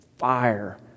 Fire